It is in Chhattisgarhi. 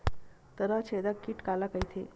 तनाछेदक कीट काला कइथे?